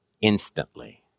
instantly